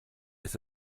ist